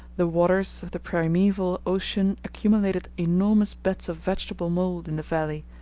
the waters of the primeval ocean accumulated enormous beds of vegetable mould in the valley,